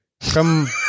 come